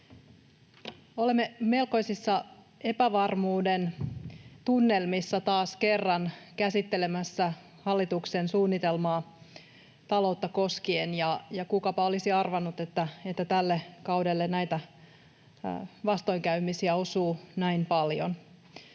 Olemme melkoisissa epävarmuuden tunnelmissa taas kerran käsittelemässä hallituksen suunnitelmaa taloutta koskien, ja kukapa olisi arvannut, että tälle kaudelle näitä vastoinkäymisiä osuu näin paljon.